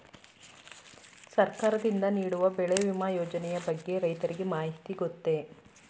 ಸರ್ಕಾರದಿಂದ ನೀಡುವ ಬೆಳೆ ವಿಮಾ ಯೋಜನೆಯ ಬಗ್ಗೆ ರೈತರಿಗೆ ಮಾಹಿತಿ ಗೊತ್ತೇ?